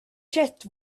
chest